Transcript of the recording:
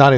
not